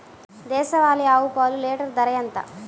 దేశవాలీ ఆవు పాలు లీటరు ధర ఎంత?